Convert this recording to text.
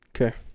Okay